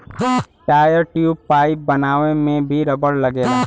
tyre, tube, pipe बनावे में भी रबड़ लगला